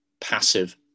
passive